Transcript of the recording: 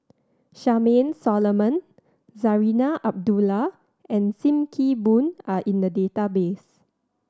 Charmaine Solomon Zarinah Abdullah and Sim Kee Boon are in the database